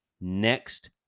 next